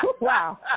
Wow